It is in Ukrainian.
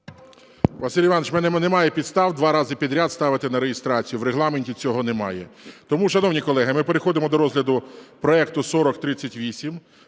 Василь Іванович, у мене немає підстав два рази підряд ставити на реєстрацію, в Регламенті цього немає. Тому, шановні колеги, ми переходимо до розгляду проекту 4038.